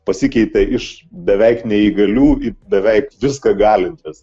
pasikeitė iš beveik neįgalių ir beveik viską galinčias